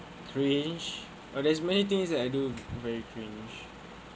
strange but there's many things that I do very strange